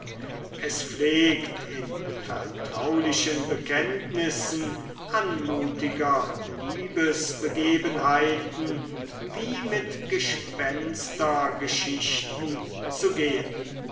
es pflegt in vertraulichen bekenntnissen anmutiger liebesbegebenheiten wie mit gespenstergeschichten zu gehen